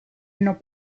non